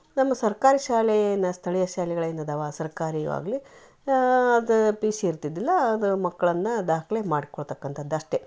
ನಮ್ಮ ಸರ್ಕಾರಿ ಶಾಲೇನ ಸ್ಥಳೀಯ ಶಾಲೆಗಳು ಏನದಾವ ಸರ್ಕಾರಿಯಾಗಲಿ ಅದು ಪಿ ಯು ಸಿ ಇರ್ತಿದ್ದಿಲ್ಲ ಅದು ಮಕ್ಕಳನ್ನ ದಾಖಲೆ ಮಾಡ್ಕೊಳ್ತಕ್ಕಂಥದ್ದು ಅಷ್ಟೆ